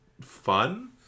fun